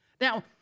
Now